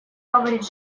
говорить